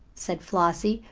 said flossie.